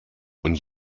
und